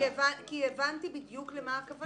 הבנתי בדיוק למה הכוונה.